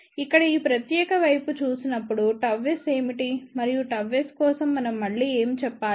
ఇక్కడ ఈ ప్రత్యేక వైపు చూసినప్పుడు ΓS ఏమిటి మరియు ΓS కోసం మనం మళ్ళీ ఏమి చెప్పాలి